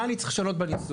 מה אני צריך לשנות בניסוח?